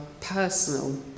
personal